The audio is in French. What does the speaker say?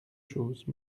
choses